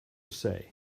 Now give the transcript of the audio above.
say